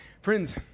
Friends